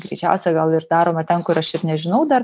greičiausia gal ir daroma ten kur aš ir nežinau dar